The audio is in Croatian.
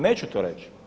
Neću to reći.